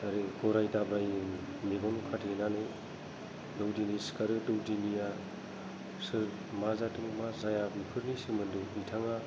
आरो गराय दाब्रायो मेगन खाथेनानै दौदिनि सिखारो दौदिनिय सोर मा जादों मा जाया बेफोरनि सोमोन्दै बिथाङा